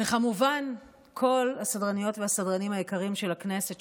וכמובן כל הסדרניות והסדרנים היקרים של הכנסת,